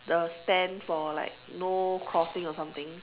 the stand for like no crossing or something